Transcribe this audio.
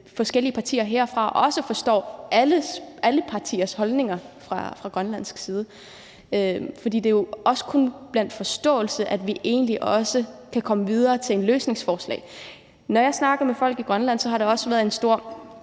forskellige partier herfra også forstår alle partiers holdninger fra grønlandsk side. For det er jo også kun via forståelse, at vi egentlig kan komme videre til et løsningsforslag. Når jeg snakker med folk i Grønland, har der også været en stor